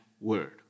word